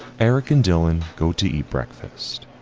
eric and dylan go to eat breakfast.